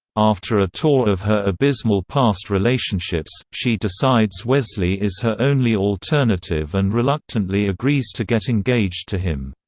after a tour of her abysmal past relationships, she decides wesley is her only alternative and reluctantly agrees to get engaged to him.